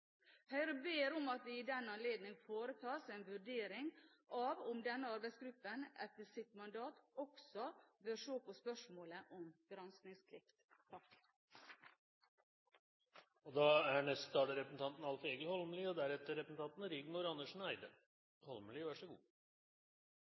ber om at det i den anledning foretas en vurdering av om denne arbeidsgruppen etter sitt mandat også bør se på spørsmålet om